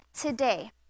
today